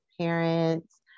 parents